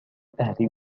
أهل